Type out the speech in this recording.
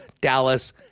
Dallas